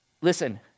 listen